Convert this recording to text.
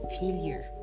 failure